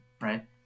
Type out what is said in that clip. right